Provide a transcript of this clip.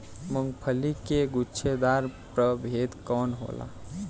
मूँगफली के गुछेदार प्रभेद कौन होला?